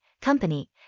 company